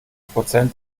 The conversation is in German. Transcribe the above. prozent